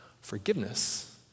Forgiveness